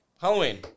Halloween